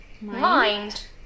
Mind